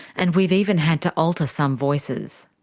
and we've even had to alter some voices.